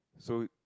so